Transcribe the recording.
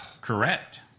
Correct